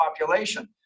population